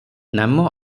ନାମ